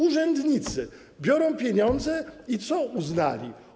Urzędnicy - biorą pieniądze i co uznali?